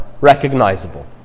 recognizable